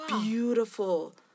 beautiful